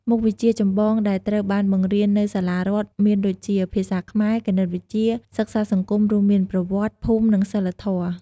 មុខវិជ្ជាចម្បងដែលត្រូវបានបង្រៀននៅសាលារដ្ឋមានដូចជា ភាសាខ្មែរ គណិតវិទ្យា សិក្សាសង្គមរួមមាន ប្រវត្តិ ភូមិ និងសីលធម៌។